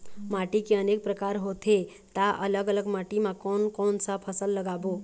माटी के अनेक प्रकार होथे ता अलग अलग माटी मा कोन कौन सा फसल लगाबो?